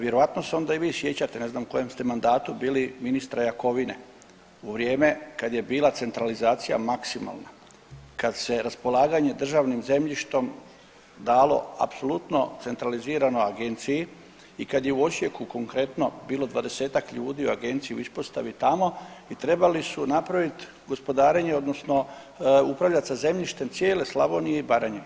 Vjerojatno se i vi sjećate, ne znam u kojem ste mandatu bili, ministra Jakovine u vrijeme kada je bila centralizacija maksimalna, kada se raspolaganje državnim zemljištem dalo apsolutno centralizirano agenciji i kada je u Osijeku konkretno bilo 20-tak u agenciji, u ispostavi tamo i trebali su napraviti gospodarenje odnosno upravljati sa zemljištem cijele Slavonije i Baranje.